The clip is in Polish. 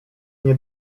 nie